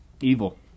evil